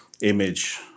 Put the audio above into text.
image